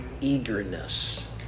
eagerness